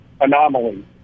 anomaly